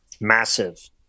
massive